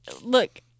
look